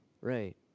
Right